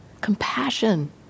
Compassion